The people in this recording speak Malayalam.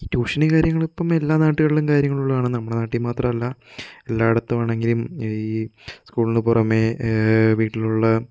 ട്യൂഷനും കാര്യങ്ങളും ഇപ്പോൾ എല്ലാ നാട്ടുകളിലും ഉള്ളതാണ് നമ്മുടെ നാട്ടിൽ മാത്രമല്ല എല്ലായിടത്തും ആണെങ്കിലും ഈ സ്കൂളിന് പുറമെ വീട്ടിലുള്ള